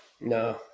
No